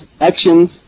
actions